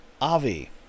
Avi